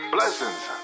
Blessings